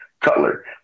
Cutler